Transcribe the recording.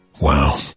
Wow